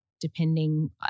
depending